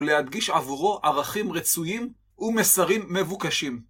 להדגיש עבורו ערכים רצויים ומסרים מבוקשים.